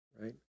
right